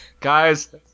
guys